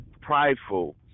prideful